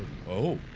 oh